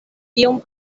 iom